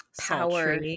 Power